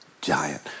giant